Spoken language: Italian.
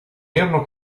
erano